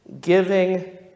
Giving